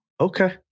Okay